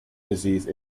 disease